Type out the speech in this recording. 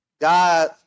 God